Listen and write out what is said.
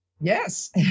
Yes